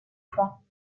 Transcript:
points